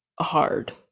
hard